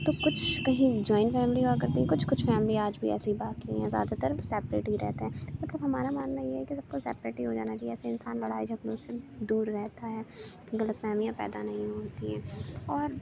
تو کچھ کہیں جوائن فیملی ہوا کرتی ہیں کچھ کچھ فیملی آج بھی ایسی باقی ہیں زیادہ تر سپریٹ ہی رہتے ہیں مطلب ہمارا ماننا یہ ہے کہ سب کو سپریٹ ہی ہو جانا چاہیے ایسے انسان لڑائی جھگڑوں سے دور رہتا ہے غلط فہمیاں پیدا نہیں ہوتی ہیں اور